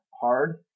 hard